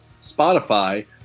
Spotify